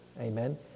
Amen